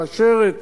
מאשרת